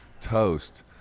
toast